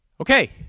Okay